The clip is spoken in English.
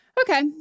Okay